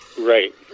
Right